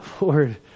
Lord